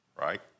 right